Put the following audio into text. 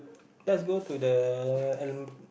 let's go to the uh